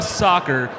soccer